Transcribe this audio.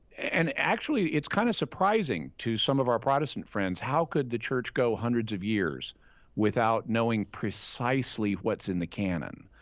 and actually, it's kind of surprising to some of our protestant friends. how could the church go hundreds of years without knowing presidely what's in the canon.